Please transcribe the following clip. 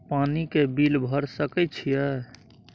पानी के बिल भर सके छियै?